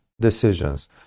decisions